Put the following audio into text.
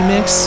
Mix